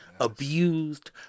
abused